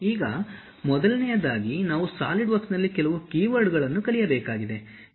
ಈಗ ಮೊದಲನೆಯದಾಗಿ ನಾವು ಸಾಲಿಡ್ವರ್ಕ್ಸ್ನಲ್ಲಿ ಕೆಲವು ಕೀವರ್ಡ್ಗಳನ್ನು ಕಲಿಯಬೇಕಾಗಿದೆ